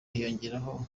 hiyongeraho